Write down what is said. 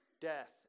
death